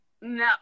no